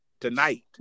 tonight